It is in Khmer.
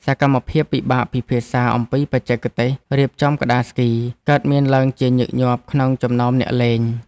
សកម្មភាពពិភាក្សាអំពីបច្ចេកទេសរៀបចំក្ដារស្គី កើតមានឡើងជាញឹកញាប់ក្នុងចំណោមអ្នកលេង។